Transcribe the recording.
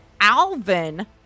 Alvin